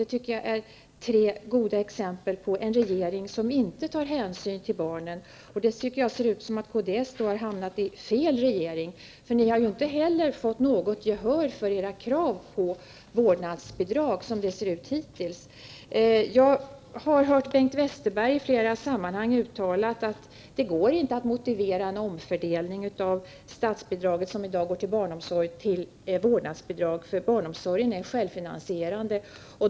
Jag anser att detta är tre goda exempel på en regering som inte tar hänsyn till barnen. Jag tycker att det ser ut som om kds har hamnat i fel regering, eftersom ni i kds hittills ju inte har fått något gehör för era krav på vårdnadsbidrag. Jag har i flera sammanhang hört Bengt Westerberg uttala att det inte går att motivera en omfördelning av de statsbidrag som i dag går till barnomsorgen till vårdnadsbidrag, eftersom barnomsorgen är självfinansierande.